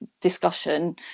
discussion